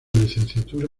licenciatura